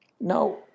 Now